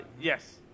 Yes